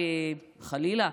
חלילה,